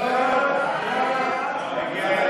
סעיף 6, כהצעת